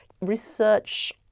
research